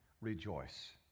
rejoice